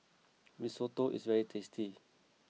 Risotto is very tasty